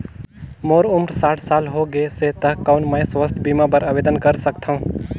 मोर उम्र साठ साल हो गे से त कौन मैं स्वास्थ बीमा बर आवेदन कर सकथव?